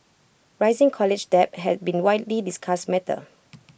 rising college debt had been widely discussed matter